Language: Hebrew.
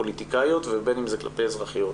כלפי פוליטיקאיות ובין אם זה כלפי אזרחיות.